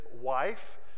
wife